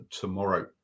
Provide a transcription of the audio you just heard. tomorrow